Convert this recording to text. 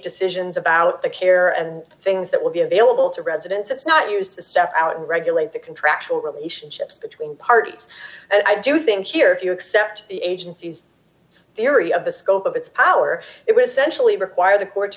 decisions about the care and things that will be available to residents it's not used to step out and regulate the contractual relationships between parties and i do think here if you accept the agencies it's eerie of the scope of its power it was essentially require the court